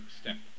step